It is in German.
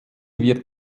wird